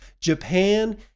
Japan